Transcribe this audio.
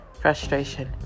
frustration